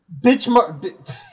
Bitchmark